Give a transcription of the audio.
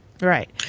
Right